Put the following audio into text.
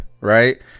right